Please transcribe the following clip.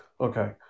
Okay